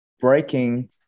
breaking